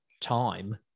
time